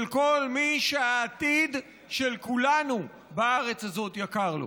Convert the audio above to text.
כל מי שהעתיד של כולנו בארץ הזאת יקר לו.